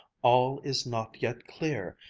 all is not yet clear,